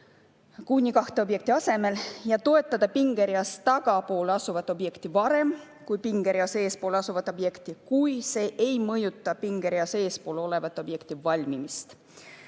kuni kahe objekti asemel. –V. L.) ja toetada pingereas tagapool asuvat objekti varem kui pingereas eespool asuvat objekti, kui see ei mõjuta pingereas eespool oleva objekti valmimist.